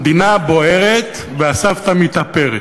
המדינה בוערת והסבתא מתאפרת.